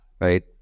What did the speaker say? right